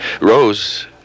Rose